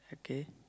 okay